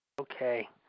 Okay